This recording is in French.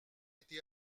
été